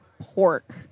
pork